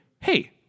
hey